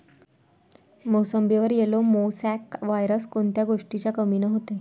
मोसंबीवर yellow mosaic virus कोन्या गोष्टीच्या कमीनं होते?